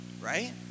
right